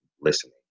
listening